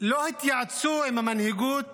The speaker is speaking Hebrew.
לא התייעצו עם המנהיגות